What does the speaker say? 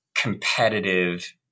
competitive